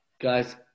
guys